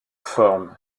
forme